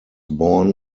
born